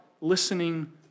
listening